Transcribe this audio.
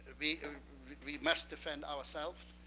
we ah we must defend ourselves.